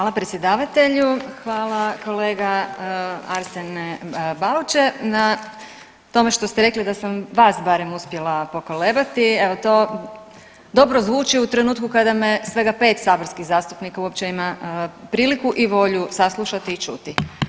Hvala predsjedavatelju, hvala kolega Arsene Bauče na tome što ste rekli da sam vas barem uspjela pokolebati, evo to dobro zvuči u trenutku kada me svega 5 saborskih zastupnika uopće ima priliku i volju saslušati i čuti.